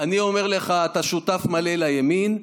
אתה שותף מלא לימין,